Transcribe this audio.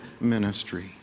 ministry